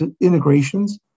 integrations